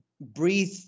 breathe